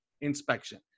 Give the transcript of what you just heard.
inspection